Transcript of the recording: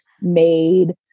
Made